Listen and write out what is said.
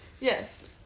yes